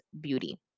beauty